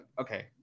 okay